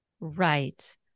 Right